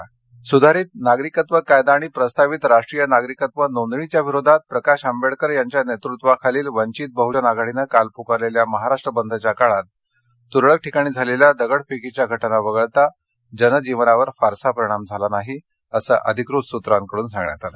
बद सुधारित नागरिकत्व कायदा आणि प्रस्तावित राष्ट्रीय नागरिकत्व नोंदणीच्या विरोधात प्रकाश आंबेडकर यांच्या नेतृत्वाखालील वंचित बहजन आघाडीने काल पुकारलेल्या महाराष्ट्र बंदच्या काळात तुरळक ठिकाणी झालेल्या दगडफेकीच्या घटना वगळता जनजीवनावर फारसा परिणाम झाला नाही अधिकृत सूत्रांकडून सांगण्यात आलं